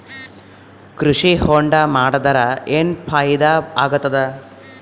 ಕೃಷಿ ಹೊಂಡಾ ಮಾಡದರ ಏನ್ ಫಾಯಿದಾ ಆಗತದ?